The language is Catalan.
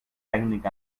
tècnic